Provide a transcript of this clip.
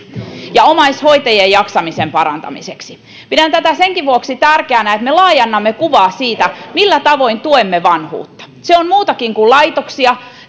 ja omaishoitajien jaksamisen parantamiseksi pidän tätä senkin vuoksi tärkeänä että me laajennamme kuvaa siitä millä tavoin tuemme vanhuutta se on muutakin kuin laitoksia